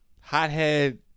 Hothead